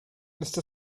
esta